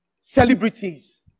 celebrities